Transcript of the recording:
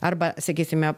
arba sakysime